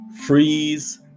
freeze